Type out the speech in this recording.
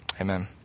Amen